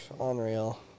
unreal